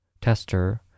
Tester